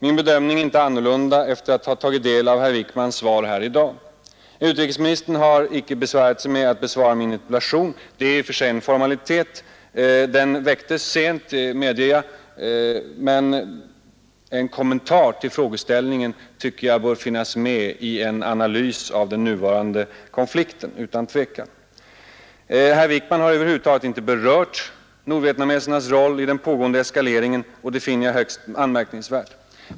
Min bedömning är inte annorlunda sedan jag tagit del av herr Wickmans svar här i dag. Utrikesministern har icke besvärat sig med att besvara min interpellation; det är i och för sig en formalitet, och jag medger att interpellationen framställdes sent. Men en kommentar till min frågeställning borde verkligen finnas med i en analys av den nuvarande konflikten. Herr Wickman har dessvärre över huvud taget icke berört nordvietnamesernas roll i den pågående eskaleringen, och det finner jag högst anmärkningsvärt.